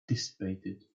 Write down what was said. dissipated